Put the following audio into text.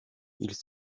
ils